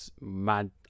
Mad